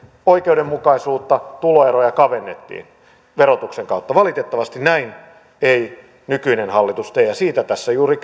oikeudenmukaisuutta tuloeroja kavennettiin verotuksen kautta valitettavasti näin ei nykyinen hallitus tee ja siitä tässä kritiikissä juuri